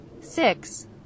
six